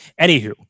Anywho